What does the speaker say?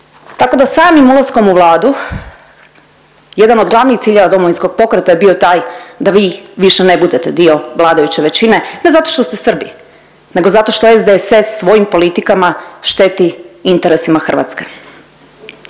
Tako da samim ulaskom u Vladu jedan od glavnih ciljeva Domovinskog pokreta je bio taj da vi više ne budete dio vladajuće većine, ne zato što ste Srbi, nego zato što SDSS svojim politikama šteti interesima Hrvatske.